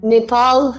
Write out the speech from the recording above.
Nepal